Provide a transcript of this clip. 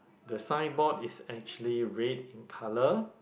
the signboard is actually red in colour